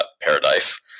paradise